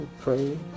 pray